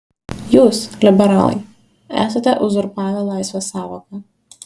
jūs liberalai esate uzurpavę laisvės sąvoką